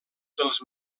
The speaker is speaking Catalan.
dels